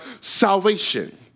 salvation